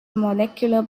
molecular